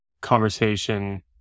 conversation